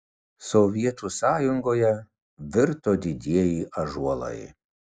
sovietų sąjungoje virto didieji ąžuolai